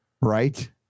Right